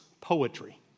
poetry